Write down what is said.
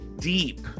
deep